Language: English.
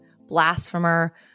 blasphemer